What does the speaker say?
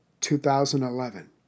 2011